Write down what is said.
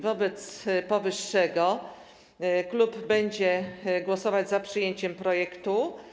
Wobec powyższego klub będzie głosować za przyjęciem projektu.